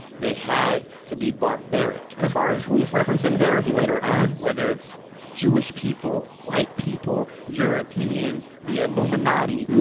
they had to be barbaric. and as far as who he's referencing there, he later adds whether it's jewish people, white people, europeans, the illuminati,